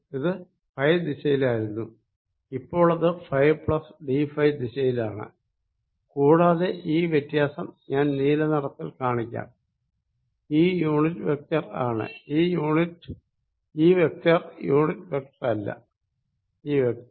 ഇത് ഫൈ ദിശയിലായിരുന്നു ഇപ്പോളത് ഫൈ പ്ലസ് ഡി ഫൈ ദിശയിലാണ് കൂടാതെ ഈ വ്യത്യാസം ഞാൻ നീലനിറത്തിൽ കാണിക്കാം ഈ യൂണിറ്റ് വെക്ടർ ആണ് ഈ വെക്ടർ യൂണിറ്റ് വെക്ടറല്ല ഈ വെക്ടർ